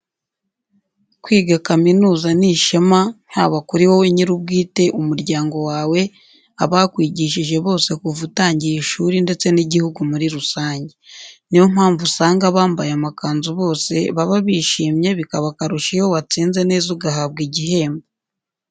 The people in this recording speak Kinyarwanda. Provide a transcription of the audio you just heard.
Kwiga kaminuza ni ishema haba kuri wowe nyiri ubwite, umuryango wawe, abakwigishije bose kuva utangiye ishuri ndetse n'igihugu muri rusange. Niyo mpamvu usanga abambaye amakanzu bose baba bishimye bikaba akarusho iyo watsinze neza ugahabwa igihembo.